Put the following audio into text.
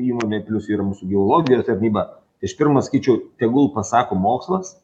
įmonė plius yra mūsų geologijos tarnyba aš pirma sakyčiau tegul pasako mokslas